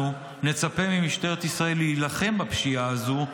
אנחנו נצפה ממשטרת ישראל להילחם בפשיעה הזאת,